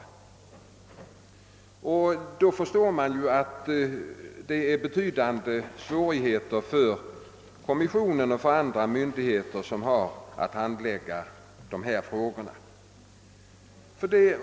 Vi måste förstå att det under sådana förhållanden blir betydande svårigheter för kommissionen och för andra myndigheter som har att hand lägga dessa frågor.